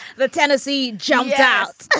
the tennessee jumped out